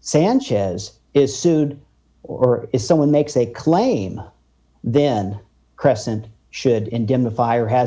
sanchez is sued or if someone makes a claim then crescent should indemnify or has a